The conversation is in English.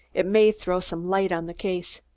it may throw some light on the case.